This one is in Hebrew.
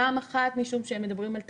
פעם אחת משום שהם מדברים על תקדים,